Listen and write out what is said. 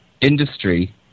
industry